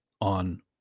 on